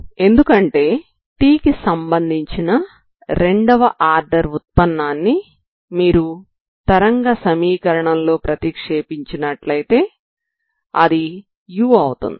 ఎందుకంటే t కి సంబంధించిన రెండవ ఆర్డర్ ఉత్పనాన్ని మీరు తరంగ సమీకరణంలో ప్రతిక్షేపించినట్లయితే అది u అవుతుంది